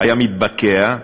היה מתבקע,